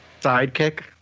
Sidekick